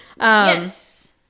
Yes